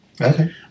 Okay